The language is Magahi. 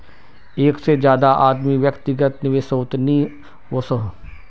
एक से ज्यादा आदमी व्यक्तिगत निवेसोत नि वोसोह